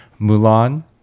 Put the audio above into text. Mulan